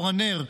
אור הנר,